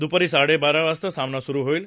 दुपारी साडेबारा वाजता सामना सुरु होईल